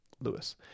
Lewis